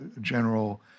general